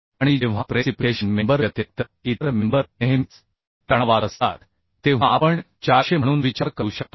आणि जेव्हा precipitation member व्यतिरिक्त इतर मेंबर नेहमीच तणावात असतात तेव्हा आपण 400 म्हणून विचार करू शकतो